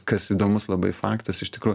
kas įdomus labai faktas iš tikrų